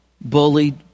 bullied